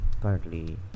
currently